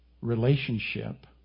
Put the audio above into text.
relationship